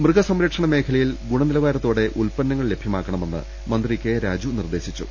മൃഗസംരക്ഷണ മേഖലയിൽ ഗുണനിലവാര്യത്തോടെ ഉൽപ ന്നങ്ങൾ ലഭ്യമാക്കണമെന്ന് മന്ത്രി ക്കെ രാജു നിർദേശിച്ചു